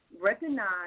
Recognize